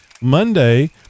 Monday